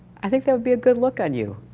i think that would be a good look on you.